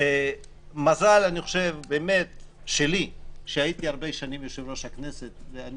מזל שהייתי יושב-ראש הכנסת הרבה שנים ואני